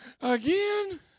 again